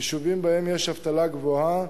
יישובים שבהם יש אבטלה גבוהה,